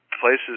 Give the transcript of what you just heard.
places